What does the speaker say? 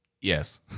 Yes